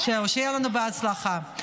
שיהיה לנו בהצלחה.